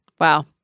Wow